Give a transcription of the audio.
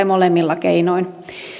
molemmilla keinoin